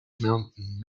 mountain